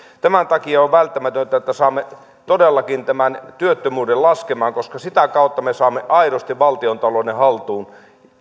tämän takia on on välttämätöntä että saamme todellakin työttömyyden laskemaan koska sitä kautta me saamme aidosti valtiontalouden haltuun